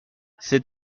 c’est